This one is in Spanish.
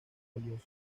valioso